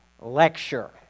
lecture